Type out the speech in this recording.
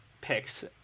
picks